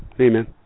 amen